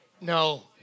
No